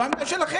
זאת העמדה שלכם.